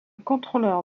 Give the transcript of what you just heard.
contrôleur